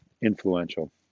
influential